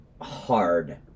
hard